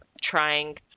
trying